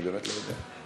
אני באמת לא יודע.